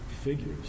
figures